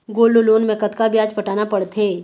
Gold loan मे कतका ब्याज पटाना पड़थे?